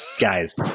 guys